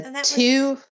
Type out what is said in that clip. Two